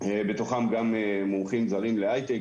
בתוכם גם מומחים זרים להיי-טק.